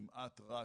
אין דבר כזה.